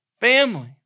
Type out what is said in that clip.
family